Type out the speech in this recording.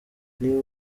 niba